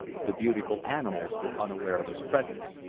the beautiful animals were unaware of his presence.